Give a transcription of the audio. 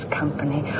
company